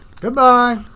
Goodbye